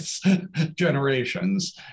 generations